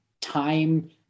time